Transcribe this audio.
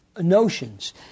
notions